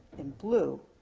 in blue.